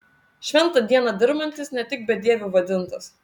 šventą dieną dirbantis ne tik bedieviu vadintas